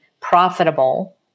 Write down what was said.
profitable